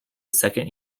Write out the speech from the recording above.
second